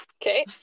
Okay